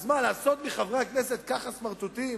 אז מה, לעשות מחבר הכנסת ככה סמרטוטים?